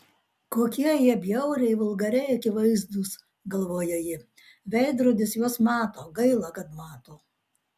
kokie jie bjauriai vulgariai akivaizdūs galvoja ji veidrodis juos mato gaila kad mato